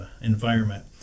environment